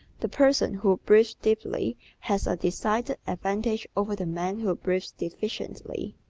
the person who breathes deeply has a decided advantage over the man who breathes deficiently.